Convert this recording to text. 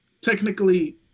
technically